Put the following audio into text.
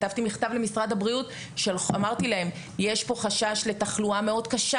כתבתי מכתב למשרד הבריאות ואמרתי להם שיש פה חשש לתחלואה מאוד קשה,